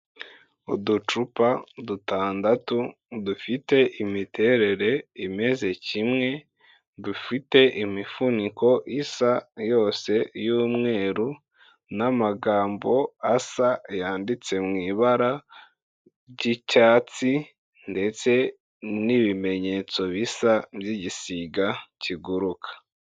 Uducupa dutandatu, dufite imiterere imeze kimwe, dufite imifuniko isa yose y'umweru n'amagambo asa yanditse mu ibara ry'icyatsi ndetse n'ibimenyetso bisa byigisiga kiguruka.